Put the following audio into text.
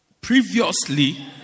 previously